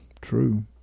true